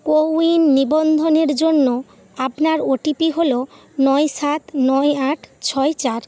কো win নিবন্ধনের জন্য আপনার ওটিপি হলো নয় সাত নয় আট ছয় চার